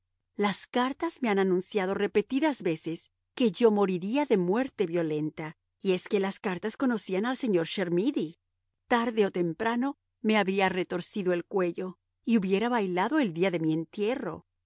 las cartas me han anunciado repetidas veces que yo moriría de muerte violenta y es que las cartas conocían al señor chermidy tarde o temprano me habría retorcido el cuello y hubiera bailado el día de mi entierro